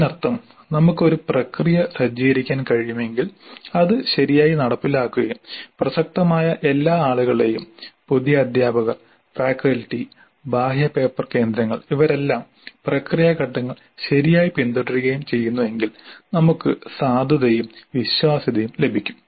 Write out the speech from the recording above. ഇതിനർത്ഥം നമുക്ക് ഒരു പ്രക്രിയ സജ്ജീകരിക്കാൻ കഴിയുമെങ്കിൽ അത് ശരിയായി നടപ്പിലാക്കുകയും പ്രസക്തമായ എല്ലാ ആളുകളെയും പുതിയ അധ്യാപകർ ഫാക്കൽറ്റി ബാഹ്യ പേപ്പർ കേന്ദ്രങ്ങൾ ഇവരെല്ലാം പ്രക്രിയ ഘട്ടങ്ങൾ ശരിയായി പിന്തുടരുകയും ചെയ്യുന്നുവെങ്കിൽ നമുക്ക് സാധുതയും വിശ്വാസ്യതയും ലഭിക്കും